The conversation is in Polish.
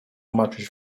maciuś